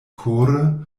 kore